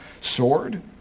sword